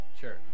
Sure